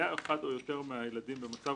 ( (3) היה אחד או יותר מהילדים במצב